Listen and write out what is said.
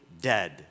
dead